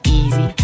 easy